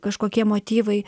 kažkokie motyvai